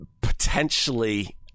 Potentially